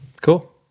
Cool